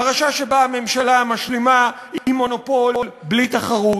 פרשה שבה הממשלה משלימה עם מונופול בלי תחרות,